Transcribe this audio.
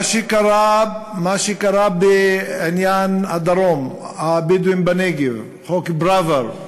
מה שקרה בעניין הדרום, הבדואים בנגב, חוק פראוור,